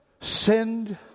Send